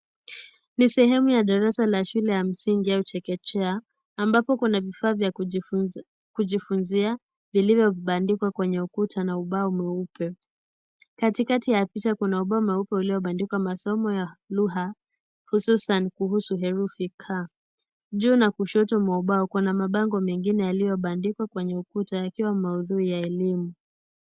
Ni sehemu ya darasa la shule ya msingi au chekechea ambapo kuna vifaa vya kujifunza kujifunzia vilivyobandikwa kwenye ukuta na ubao mweupe. Katikati ya picha kuna ubao mweupe uliobandikwa masomo ya lugha hususan kuhusu herufi K . Juu na kushoto wa ubao kuna mabango mengine yaliyobandikwa kwenye ukuta yakiwa maudhui ya elimu.